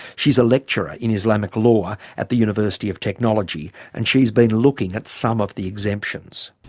she's a lecturer in islamic law at the university of technology and she's been looking at some of the exemptions.